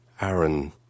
Aaron